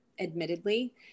admittedly